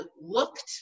looked